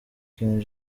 king